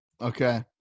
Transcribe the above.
Okay